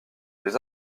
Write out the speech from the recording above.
des